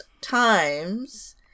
times